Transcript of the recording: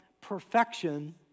perfection